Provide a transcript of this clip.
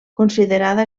considerada